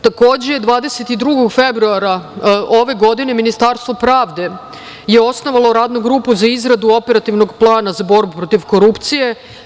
Takođe, 22. februara ove godine Ministarstvo pravde je osnovalo Radnu grupu za izradu operativnog plana za borbu protiv korupcije.